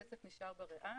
הקצף נשאר בריאה